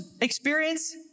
experience